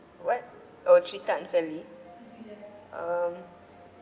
what oh treated unfairly um